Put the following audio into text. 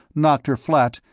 knocking her flat,